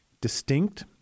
distinct